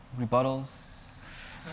Rebuttals